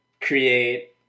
create